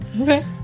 Okay